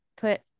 put